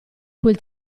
quel